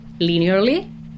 linearly